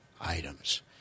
items